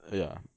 ya